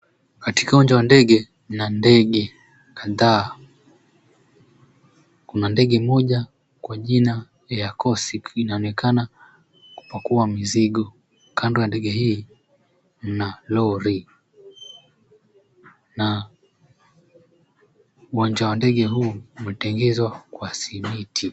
Katika uwanja wa ndege kuna ndege kadhaa, kuna ndege moja kwa jina Kosik inaonekana kupakua mizigo kando ya ndege hii, kuna lori na uwanja wa ndege huu umetengezwa kwa simiti.